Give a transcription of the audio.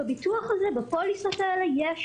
בביטוח הזה, בפוליסות האלה, יש